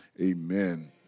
Amen